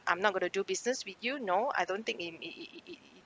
I'm not going to do business with you no I don't think it it it